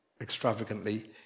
extravagantly